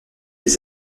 des